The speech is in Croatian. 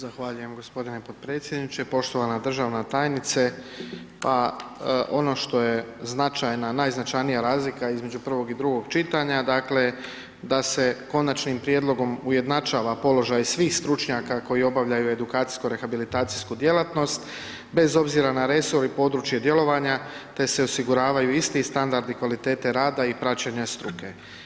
Zahvaljujem gospodine podpredsjedniče, poštovana državna tajnice, pa ono što je značajna, najznačajnija razlika između prvog i drugog čitanja, dakle da se konačnim prijedlogom ujednačava položaj svih stručnjaka koji obavljaju edukacijsko-rehabilitacijsku djelatnost, bez obzira na resor i područje djelovanje te se osiguravaju isti standardi kvalitete rada i praćenja struke.